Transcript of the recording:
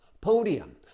Podium